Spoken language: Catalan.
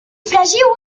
fregiu